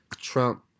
Trump